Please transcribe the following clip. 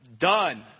Done